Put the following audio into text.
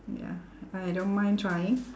ya I don't mind trying